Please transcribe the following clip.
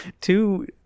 two